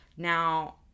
Now